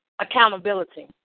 accountability